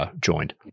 joined